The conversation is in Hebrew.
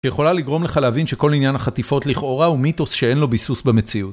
שיכולה לגרום לך להבין שכל עניין החטיפות לכאורה הוא מיתוס שאין לו ביסוס במציאות.